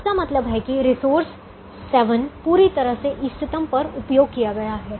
इसका मतलब है कि रिसोर्स 7 पूरी तरह से इष्टतम पर उपयोग किया गया है